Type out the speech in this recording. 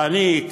ואני,